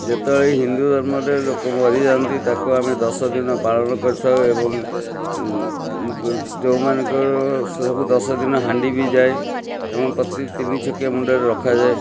ଯେତେବେଳେ ହିନ୍ଦୁ ଧର୍ମରେ ଲୋକ ମରିଯାଆନ୍ତି ତାକୁ ଆମେ ଦଶ ଦିନ ପାଳନ କରିଥାଉ ଏବଂ ଯେଉଁମାନଙ୍କର ସବୁ ଦଶ ଦିନ ହାଣ୍ଡି ବି ଯାଏ ଏବଂ ପ୍ରତି ତିନି ଛକିଆ ମୁଣ୍ଡରେ ରଖାଯାଏ